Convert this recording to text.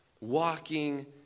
walking